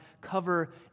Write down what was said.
cover